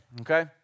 okay